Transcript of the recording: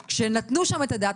כשנתנו שם את הדעת,